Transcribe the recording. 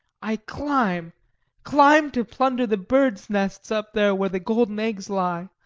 i climb climb, to plunder the birds' nests up there where the golden eggs lie,